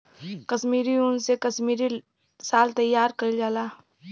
कसमीरी उन से कसमीरी साल तइयार कइल जाला